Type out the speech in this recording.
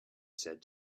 said